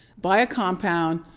buy a compound,